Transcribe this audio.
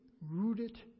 rooted